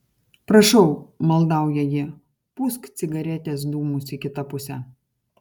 prašau maldauja ji pūsk cigaretės dūmus į kitą pusę